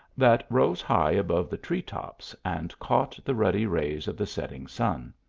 that rose high above the tree-tops, and caught the ruddy rays of the setting, sun.